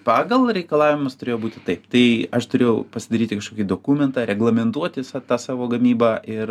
pagal reikalavimus turėjo būti taip tai aš turiu pasidaryti kažkokį dokumentą reglamentuoti sa ta savo gamybą ir